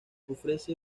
ofrece